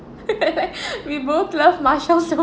we both love marshall so